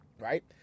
right